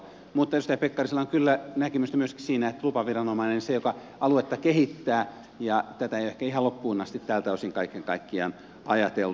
mutta edustaja pekkarisella on kyllä näkemystä myöskin siinä että lupaviranomainen on se joka aluetta kehittää ja tätä ei ehkä ole ihan loppuun asti tältä osin kaiken kaikkiaan ajateltu